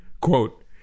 Quote